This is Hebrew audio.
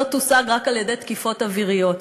הכרעה אסטרטגית לא תושג רק על-ידי תקיפות אוויריות,